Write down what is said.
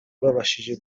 rwabashije